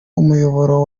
umuyoboro